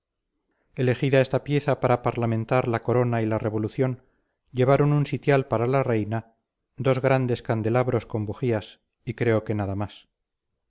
estorba elegida esta pieza para parlamentar la corona y la revolución llevaron un sitial para la reina dos grandes candelabros con bujías y creo que nada más